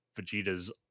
Vegeta's